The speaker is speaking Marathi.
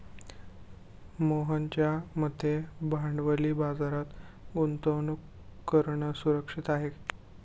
मोहनच्या मते भांडवली बाजारात गुंतवणूक करणं सुरक्षित आहे